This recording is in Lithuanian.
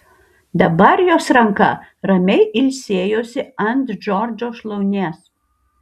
dabar jos ranka ramiai ilsėjosi ant džordžo šlaunies